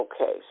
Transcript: Okay